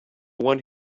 one